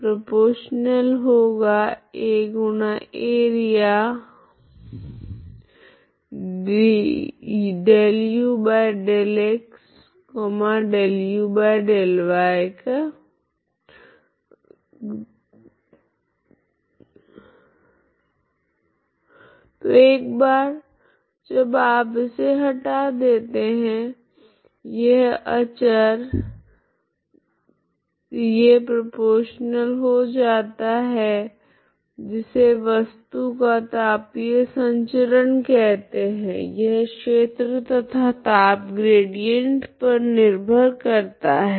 तो एक बार जब आप इसे हटा देते है यह अचर के समानुपाती हो जाता है जिसे वस्तु का तापीय संचरण कहते है यह क्षेत्र तथा ताप ग्रेडिएंट पर निर्भर करता है